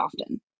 often